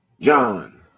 John